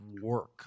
work